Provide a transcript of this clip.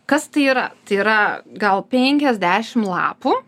kas tai yra tai yra gal penkiasdešim lapų